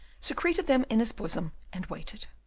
secreted them in his bosom, and waited.